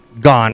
gone